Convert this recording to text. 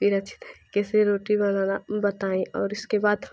फिर अच्छे तरीके से रोटी बनाना बताएँ और इसके बात